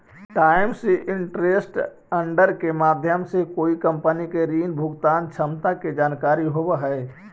times interest earned के माध्यम से कोई कंपनी के ऋण भुगतान क्षमता के जानकारी होवऽ हई